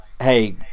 hey